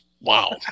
Wow